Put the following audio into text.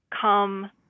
come